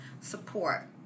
support